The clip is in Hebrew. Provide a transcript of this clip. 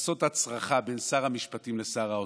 לעשות הצרחה בין שר המשפטים לשר האוצר,